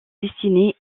destiné